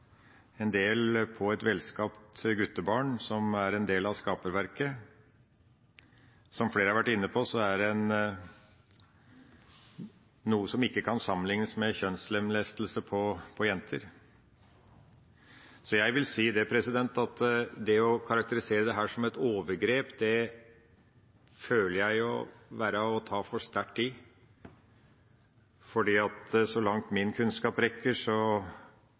en del på et velskapt guttebarn som er en del av skaperverket. Som flere har vært inne på, er det noe som ikke kan sammenlignes med kjønnslemlestelse av jenter. Jeg vil si at det å karakterisere dette som et overgrep, føler jeg vil være å ta for sterkt i, for så langt min kunnskap rekker,